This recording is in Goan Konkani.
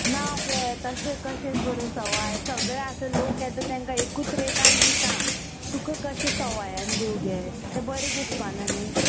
ना गे तशें कशें करूं सवाय सगळें आतां लोक येता तांकां एकूत रेटान दिता तुका कशें सवायान दिवं गे तें बरें दिसपाना न्ही